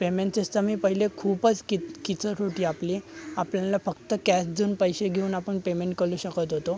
payment system ही पहिले खूपच कीट कीचट होती आपली आपल्याला फक्त कॅश देऊन पैसे घेऊन आपण पेमेंट करू शकत होतो